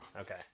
Okay